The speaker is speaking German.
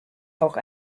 auch